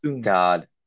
God